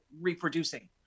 reproducing